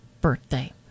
birthday